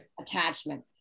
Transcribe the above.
attachment